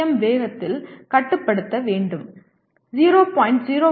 M வேகத்தில்கட்டுப்படுத்த வேண்டும் 0